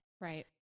Right